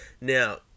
Now